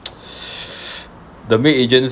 the maid agency